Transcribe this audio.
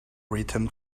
written